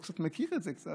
והוא פשוט מכיר את זה קצת,